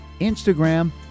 Instagram